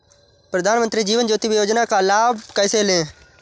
प्रधानमंत्री जीवन ज्योति योजना का लाभ कैसे लें?